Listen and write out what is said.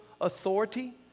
authority